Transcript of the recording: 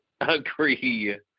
agree